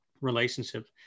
relationship